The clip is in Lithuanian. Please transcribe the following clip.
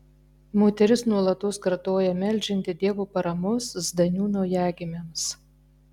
moteris nuolatos kartoja meldžianti dievo paramos zdanių naujagimiams